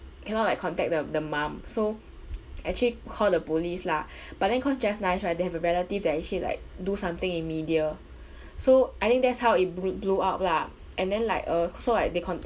cannot like contact the the mum so actually call the police lah but then cause just nice right they have a relative that actually like do something in media so I think that's how it blew blew up lah and then like uh so like they contact